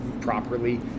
properly